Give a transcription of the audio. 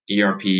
ERP